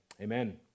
Amen